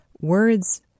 words